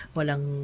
walang